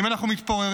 אם אנחנו מתפוררים,